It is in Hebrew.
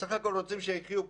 בסך הכול רוצים שיחיו כאן.